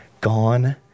Gone